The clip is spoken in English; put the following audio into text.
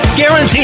guaranteed